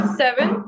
seven